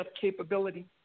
capability